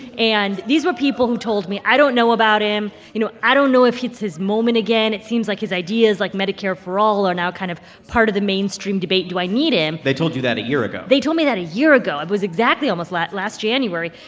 and these were people who told me, i don't know about him, you know, i don't know if it's his moment again. it seems like his ideas like medicare for all are now kind of part of the mainstream debate. do i need him? they told you that a year ago they told me that a year ago. it was exactly almost last last january.